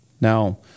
Now